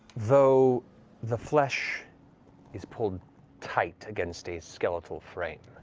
though the flesh is pulled tight against a skeletal frame.